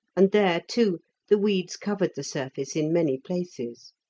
and there, too, the weeds covered the surface in many places.